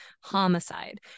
homicide